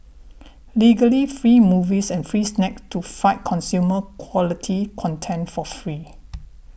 legally free movies and free snacks to fight consume quality content for free